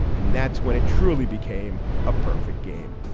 and that's when it truly became a perfect game.